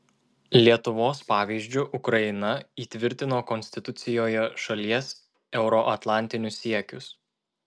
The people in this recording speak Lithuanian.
lietuvos pavyzdžiu ukraina įtvirtino konstitucijoje šalies euroatlantinius siekius